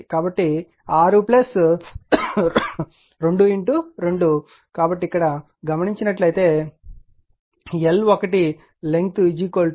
కాబట్టి 6 2 2 కాబట్టి ఇక్కడ గ్మనించినట్లైతే L1 6 1 0